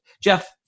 Jeff